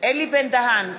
אלי בן-דהן,